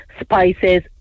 spices